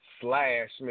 slash